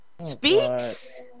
Speaks